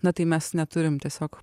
na tai mes neturime tiesiog